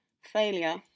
failure